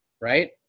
right